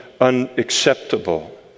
unacceptable